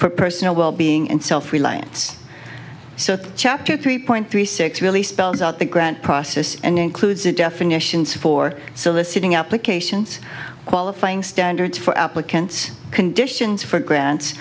for personal well being and self reliance so chapter three point three six really spells out the grant process and includes the definitions for soliciting applications qualifying standards for applicants conditions for grants